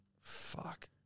fuck